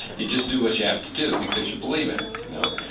you just do what you have to do because you believe in it, you know?